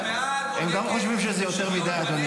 הם חושבים שגם זה יותר מדי, אדוני